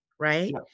Right